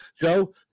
Joe